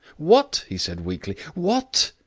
what? he said weakly. what?